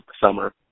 summer